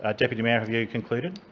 ah deputy mayor, have you concluded?